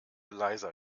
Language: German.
leiser